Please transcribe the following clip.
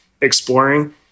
exploring